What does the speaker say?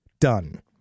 done